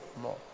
more